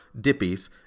Dippies